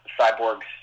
cyborg's